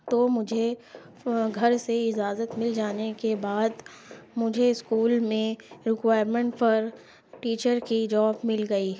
تو مجھے گھر سے اجازت مل جانے کے بعد مجھے اسکول میں رکوائرمنٹ فار ٹیچر کی جاب مل گئی